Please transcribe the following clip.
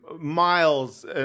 miles